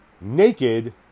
naked